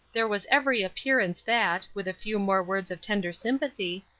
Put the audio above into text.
there was every appearance that, with a few more words of tender sympathy,